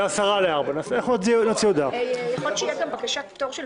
גם פה נשמעו שתי הצעות,